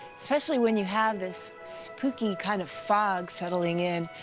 especially when you have this spooky kind of fog settling in,